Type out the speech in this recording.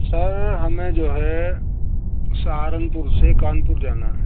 سر ہمیں جو ہے سہارنپور سے کانپور جانا ہے